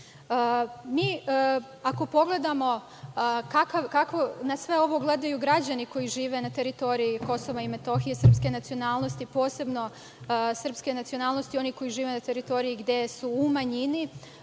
rada. Ako pogledamo kako na sve ovo gledaju građani koji žive na teritoriji KiM srpske nacionalnosti, posebno srpske nacionalnosti, oni koji žive na teritoriji gde su u manjini,